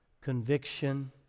conviction